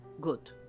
Good